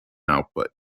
output